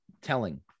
telling